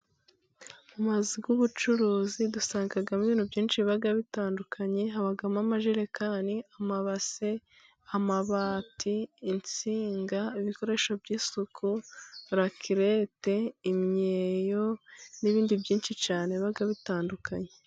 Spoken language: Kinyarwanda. Amazu y'ubucuruzi dusangamo ibintu byinshi biba bitandukanye, habamo amajerekani, amabase, amabati, insinga, ibikoresho by'isuku, lakelete, imyeyo n'ibindi byinshi cyane biba bitandukanye.